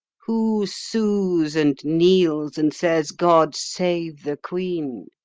who sues, and kneels, and says, god save the queen?